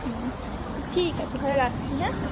হুম ঠিক আছে তাহলে রাখছি হ্যাঁ